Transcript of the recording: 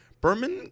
Berman